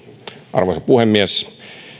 arvoisa puhemies